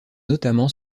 notamment